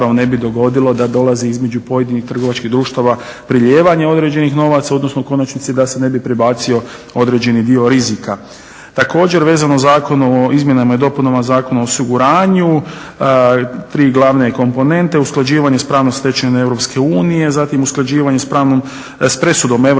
ne bi dogodilo da dolazi između pojedinih trgovačkih društava prelijevanje određenih novaca, odnosno u konačnici da se ne bi prebacio određeni dio rizika. Također vezano Zakonom o izmjenama i dopunama Zakona o osiguranju, tri glavne komponente. Usklađivanje sa pravnom stečevinom Europske unije, zatim usklađivanje sa presudom